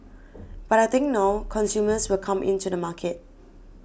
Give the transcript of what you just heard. but I think now consumers will come in to the market